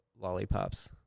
lollipops